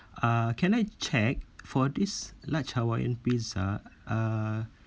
uh can I check for this large hawaiian pizza uh